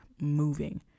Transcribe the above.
moving